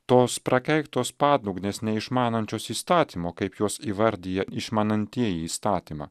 tos prakeiktos padugnės neišmanančios įstatymo kaip juos įvardija išmanantieji įstatymą